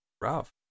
Rough